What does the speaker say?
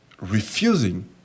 refusing